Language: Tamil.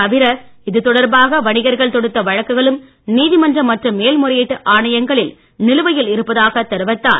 தவிர இதுதொடர்பாக வணிகர்கள் தொடுத்த வழக்குகளும் நீதிமன்றம் மற்றும் மேல் முறையீட்டு ஆணையங்களில் நிலுவையில் இருப்பதாக தெரிவித்தார்